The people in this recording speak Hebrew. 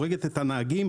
הורגת את הנהגים.